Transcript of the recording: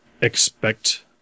expect